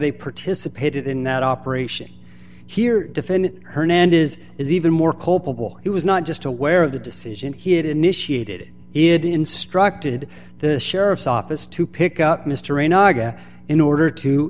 they participated in that operation here defendant hernandez is even more culpable he was not just aware of the decision he had initiated it instructed the sheriff's office to pick up mr a naga in order to